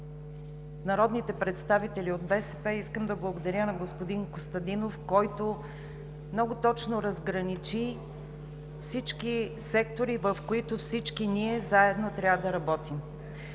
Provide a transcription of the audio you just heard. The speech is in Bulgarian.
народните представители от БСП и на господин Костадинов, който много точно разграничи секторите, в които всички ние заедно трябва да работим.